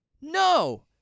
No